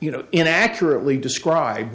you know in accurately describe